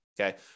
okay